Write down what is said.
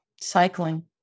cycling